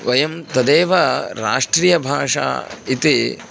वयं तदेव राष्ट्रीयभाषा इति